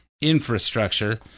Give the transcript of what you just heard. infrastructure